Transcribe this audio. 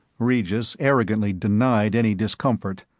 regis arrogantly denied any discomfort,